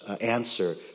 answer